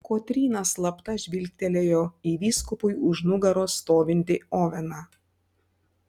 kotryna slapta žvilgtelėjo į vyskupui už nugaros stovintį oveną